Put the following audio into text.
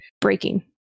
breaking